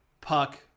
puck